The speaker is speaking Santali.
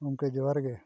ᱜᱚᱢᱠᱮ ᱡᱚᱸᱦᱟᱨ ᱜᱮ